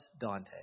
Dante